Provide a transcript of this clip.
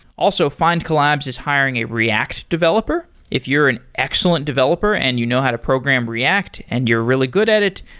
also, findcollabs is hiring a react developer. if you're an excellent developer and you know how to program react and you're really good at it,